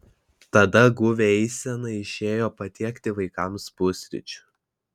tada guvia eisena išėjo patiekti vaikams pusryčių